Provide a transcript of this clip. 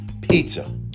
Pizza